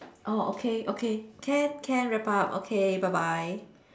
oh okay okay can can wrap up okay bye bye